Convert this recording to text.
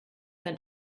sein